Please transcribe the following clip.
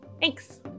thanks